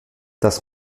das